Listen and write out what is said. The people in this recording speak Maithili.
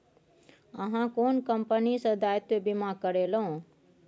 अहाँ कोन कंपनी सँ दायित्व बीमा करेलहुँ